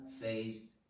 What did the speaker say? faced